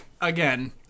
Again